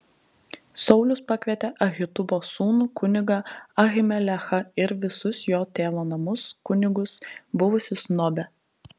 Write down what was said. saulius pakvietė ahitubo sūnų kunigą ahimelechą ir visus jo tėvo namus kunigus buvusius nobe